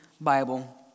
Bible